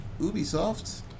Ubisoft